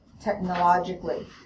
technologically